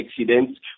accidents